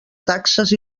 taxes